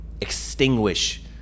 extinguish